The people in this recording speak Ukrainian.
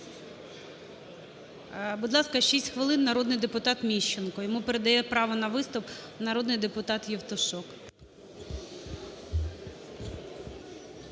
Будь ласка, 6 хвилин, народний депутат Міщенко. Йому передає право на виступ народний депутат Євтушок.